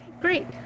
Great